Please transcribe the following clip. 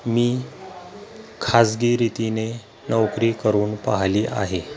मी खासगी रीतीने नोकरी करून पाहली आहे